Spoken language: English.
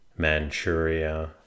Manchuria